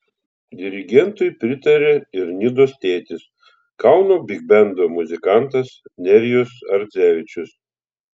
dirigentui pritarė ir nidos tėtis kauno bigbendo muzikantas nerijus ardzevičius